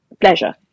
pleasure